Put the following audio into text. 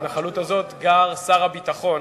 בהתנחלות הזאת, גר שר הביטחון